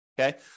okay